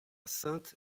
sainte